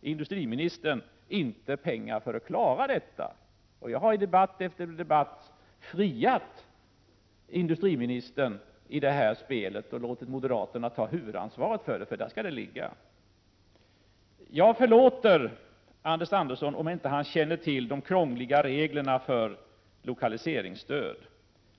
Industriministern fick inte pengar för att klara detta. Jag har i debatt efter debatt friat industriministern i det här spelet och låtit moderaterna ta huvudansvaret för detta — det är där ansvaret skall ligga. Jag förlåter Anders Andersson om han inte känner till de krångliga reglerna för lokaliseringsstöd.